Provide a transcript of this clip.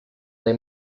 dai